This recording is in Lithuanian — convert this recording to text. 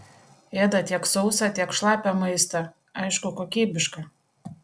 ėda tiek sausą tiek šlapią maistą aišku kokybišką